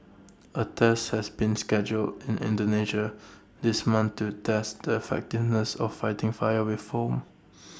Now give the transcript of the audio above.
A test has been scheduled in Indonesia this month to test the fighting this of fighting fire with foam